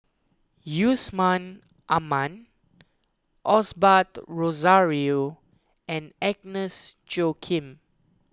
Yusman Aman Osbert Rozario and Agnes Joaquim